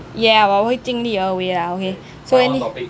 yeah 我会尽力而为 lah okay so any